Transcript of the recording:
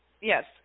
Yes